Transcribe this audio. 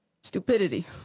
Stupidity